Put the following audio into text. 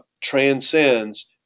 transcends